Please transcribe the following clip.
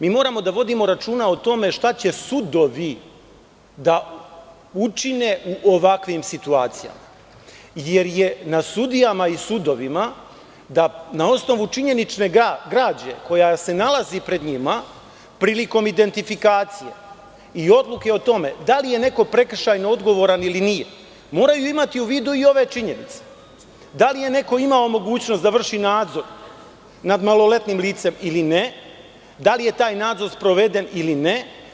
Mi moramo da vodimo računa o tome šta će sudovi da učine u ovakvim situacijama, jer je na sudijama i sudovima da na osnovu činjenične građe koja se nalazi pred njima, prilikom identifikacije, i odluke o tome da li je neko prekršajno odgovoran ili nije, moraju imati u vidu i ove činjenice, da li je neko imao mogućnost da vrši nadzor nad maloletnim licem ili ne, da li je taj nadzor sproveden ili ne.